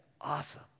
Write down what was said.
Awesome